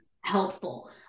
Helpful